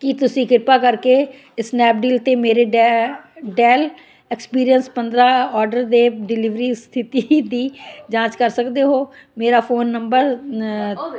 ਕੀ ਤੁਸੀਂ ਕਿਰਪਾ ਕਰਕੇ ਸਨੈਪਡੀਲ 'ਤੇ ਮੇਰੇ ਡੈ ਡੈੱਲ ਐਕਸਪੀਐੰਸ ਪੰਦਰਾਂ ਆਰਡਰ ਦੇ ਡਿਲਿਵਰੀ ਸਥਿਤੀ ਦੀ ਜਾਂਚ ਕਰ ਸਕਦੇ ਹੋ ਮੇਰਾ ਫ਼ੋਨ ਨੰਬਰ